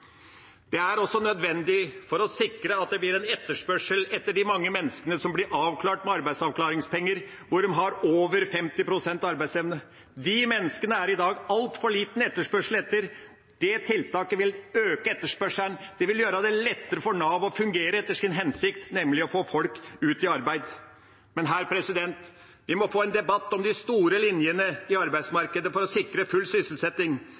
Det er også nødvendig for å sikre at det blir etterspørsel etter de mange menneskene som blir avklart med arbeidsavklaringspenger, de som har over 50 pst. arbeidsevne. De menneskene er det i dag altfor liten etterspørsel etter. Det tiltaket vil øke etterspørselen. Det vil gjøre det lettere for Nav å fungere etter sin hensikt, nemlig å få folk ut i arbeid. Her må vi få en debatt om de store linjene i arbeidsmarkedet for å sikre full sysselsetting.